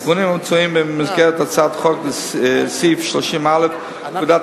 התיקונים המוצעים במסגרת הצעת החוק לסעיף 30(א) לפקודת